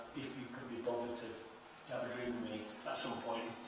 you could be bothered to have a drink with me at some point.